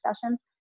sessions